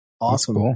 awesome